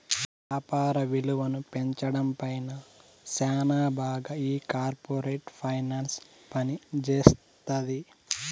యాపార విలువను పెంచడం పైన శ్యానా బాగా ఈ కార్పోరేట్ ఫైనాన్స్ పనిజేత్తది